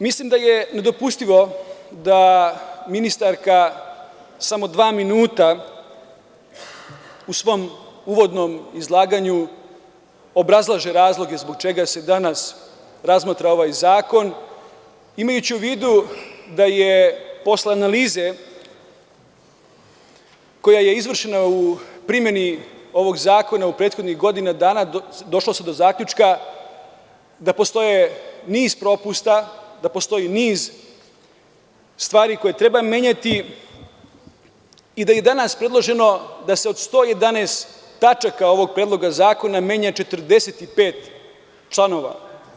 Mislim da je nedopustivo da ministarka samo dva minuta u svom uvodnom izlaganju obrazlaže razloge zbog čega se danas razmatra ovaj zakon, imajući u vidu da je posle analize koja je izvršena u primeni ovog zakona u prethodnih godinu dana, došlo se do zaključka da postoji niz propusta, niz stvari koje treba menjati i da je danas predloženo da se od 111 tačaka ovog Predloga zakona menja 45 članova.